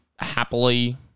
happily